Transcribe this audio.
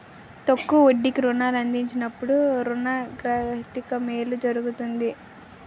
తక్కువ వడ్డీకి రుణాలు అందించినప్పుడు రుణ గ్రహీతకు మేలు జరుగుతుంది